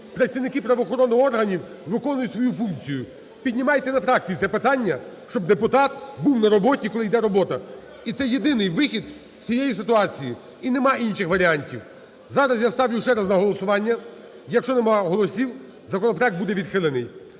працівники правоохоронних органів виконують свою функцію. Піднімайте на фракції це питання, щоб депутат був на роботі, коли йде робота, і це єдиний вихід із цієї ситуації, і нема інших варіантів. Зараз я ставлю ще раз на голосування. Якщо нема голосів, законопроект буде відхилений.